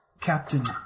Captain